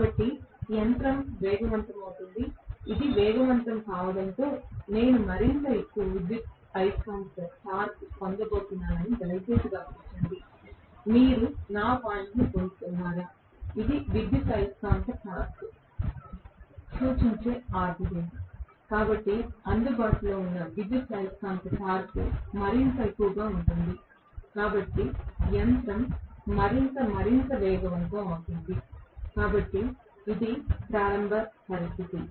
కాబట్టి యంత్రం వేగవంతం అవుతుంది ఇది వేగవంతం కావడంతో నేను మరింత ఎక్కువ విద్యుదయస్కాంత టార్క్ పొందబోతున్నానని దయచేసి గమనించండి మీరు నా పాయింట్ పొందుతున్నారా ఇది విద్యుదయస్కాంత టార్క్ను సూచించే ఆర్డినేట్ కాబట్టి అందుబాటులో ఉన్న విద్యుదయస్కాంత టార్క్ మరింత ఎక్కువగా ఉంటుంది కాబట్టి యంత్రం మరింత మరింత వేగవంతం అవుతుంది కాబట్టి ఇది ప్రారంభ పరిస్థితి